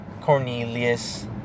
Cornelius